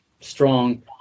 strong